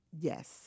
Yes